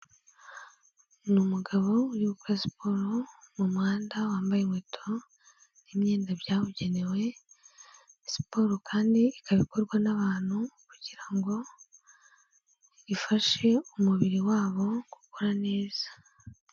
Ni umugabo uri gukora siporo mu muhanda wambaye inkweto n'imyenda byabugenewe, siporo kandi ikaba ikorwa n'abantu kugira ngo ifashe umubiri wabo gukora neza.